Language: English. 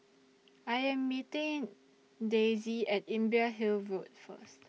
I Am meeting Daisye At Imbiah Hill Road First